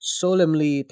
solemnly